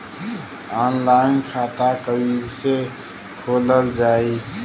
Online खाता कईसे खोलल जाई?